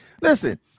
listen